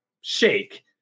shake